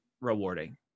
rewarding